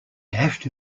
dashed